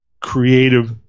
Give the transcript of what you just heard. creative